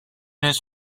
his